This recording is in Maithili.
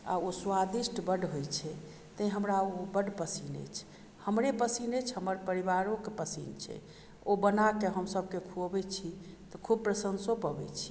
आ ओ स्वादिष्ट बड्ड होइत छै तेँ हमरा ओ बड पसिन्न अछि हमरे पसिन्न अछि हमर परिवारोकेँ पसिन्न छै ओ बनाके हम सभकेँ खुअबैत छी तऽ खूब प्रशंसो पबैत छी